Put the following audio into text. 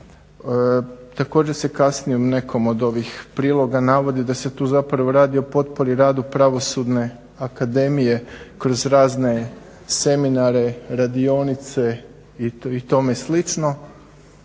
Također se kasnije u nekom od ovih prilog navodi da se tu zapravo radi o potpori radu Pravosudne akademije kroz razne seminare, radionice i tome slično